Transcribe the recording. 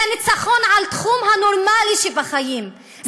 זה ניצחון על התחום הנורמלי שבחיים,